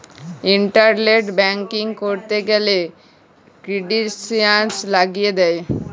internet banking ক্যরতে গ্যালে credentials লাগিয়ে